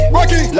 Rocky